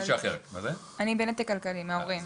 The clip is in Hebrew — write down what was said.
אני בנתק כלכלי מההורים.